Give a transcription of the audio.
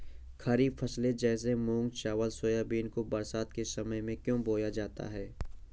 खरीफ फसले जैसे मूंग चावल सोयाबीन को बरसात के समय में क्यो बोया जाता है?